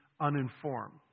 uninformed